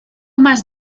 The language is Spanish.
más